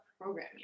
program